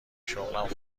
شغلم